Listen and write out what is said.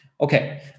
Okay